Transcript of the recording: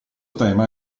tema